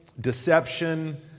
deception